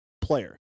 player